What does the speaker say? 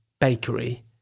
bakery